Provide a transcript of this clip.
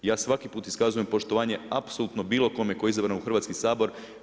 I ja svaki put iskazujem poštovanje apsolutno bilo kome tko je izabran u Hrvatski sabor.